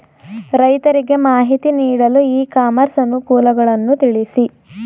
ರೈತರಿಗೆ ಮಾಹಿತಿ ನೀಡಲು ಇ ಕಾಮರ್ಸ್ ಅನುಕೂಲಗಳನ್ನು ತಿಳಿಸಿ?